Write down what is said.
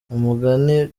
umugani